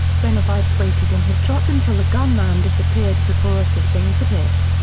benavides waited in his truck until the gunman disappeared before assisting tippit.